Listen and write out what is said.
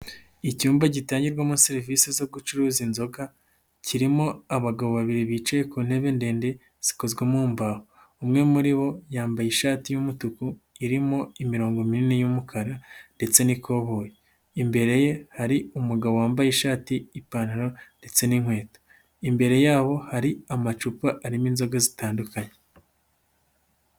Icyumba gitangirwamo serivisi zo gucuruza inzoga. Kirimo abagabo babiri bicaye ku ntebe ndende, zikozwe mumbaho. Umwe muri bo yambaye ishati y'umutuku irimo imirongo minini y'umukara ndetse n'ikoboyi. Imbere ye hari umugabo wambaye ishati n'ipantaro ndetse n'inkweto. Imbere yabo hari amacupa arimo inzoga zitandukanye.